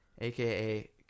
aka